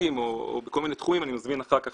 שמעסיקים או בכל מיני תחומים אני מזמין אחר כך